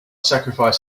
sacrifice